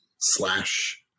slash